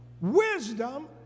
wisdom